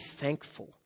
thankful